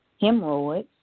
hemorrhoids